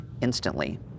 instantly